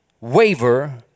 waver